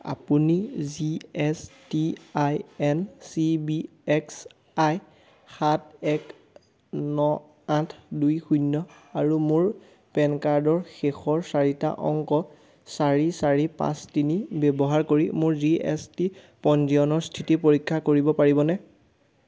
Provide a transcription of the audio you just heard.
আপুনি G S T I N C B X I সাত এক ন আঠ দুই শূন্য আৰু মোৰ পেন কাৰ্ডৰ শেষৰ চাৰিটা অংক চাৰি চাৰি পাঁচ তিনি ব্যৱহাৰ কৰি মোৰ জি এছ টি পঞ্জীয়নৰ স্থিতি পৰীক্ষা কৰিব পাৰিবনে